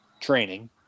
training